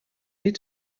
need